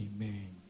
Amen